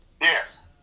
yes